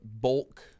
bulk